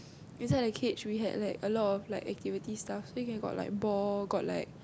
inside the cage we had like a lot of like activity stuff then can got like ball got like